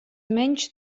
menys